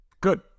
Good